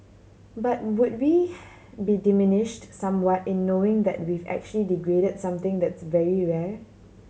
but would we be diminished somewhat in knowing that we've actually degraded something that's very rare